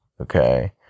okay